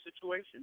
situation